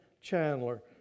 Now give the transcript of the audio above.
Chandler